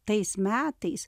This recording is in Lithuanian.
tais metais